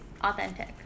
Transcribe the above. authentic